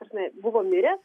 ta prasme buvo miręs